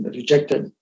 rejected